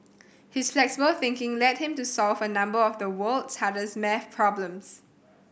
his flexible thinking led him to solve a number of the world's hardest maths problems